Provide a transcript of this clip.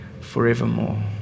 forevermore